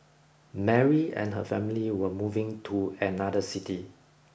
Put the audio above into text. Mary and her family were moving to another city